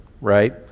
right